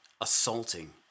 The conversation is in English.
assaulting